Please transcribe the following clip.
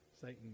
Satan